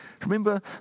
Remember